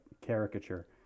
caricature